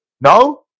No